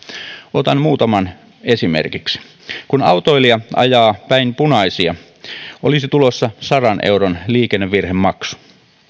otan muutaman esimerkiksi kun autoilija ajaa päin punaisia olisi tulossa sadan euron liikennevirhemaksu